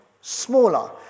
smaller